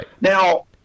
Now